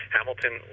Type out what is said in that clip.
Hamilton